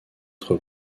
être